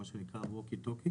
מה שנקרא ווקי טוקי